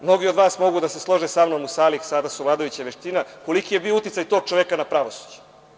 Mnogi od vas mogu da se slože sa mnom u sali, a sada su vladajuća većina, koliki je bio uticaj tog čoveka na pravosuđe.